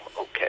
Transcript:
okay